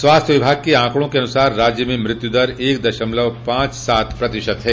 स्वास्थ्य विभाग के आंकड़ों के अनुसार राज्य में मृत्यु दर एक दशमलव पांच सात प्रतिशत है